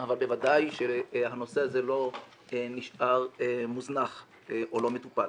אבל בוודאי שהנושא הזה לא נשאר מוזנח או לא מטופל.